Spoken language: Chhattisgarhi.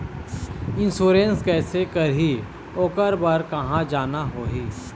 इंश्योरेंस कैसे करही, ओकर बर कहा जाना होही?